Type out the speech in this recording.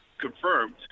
confirmed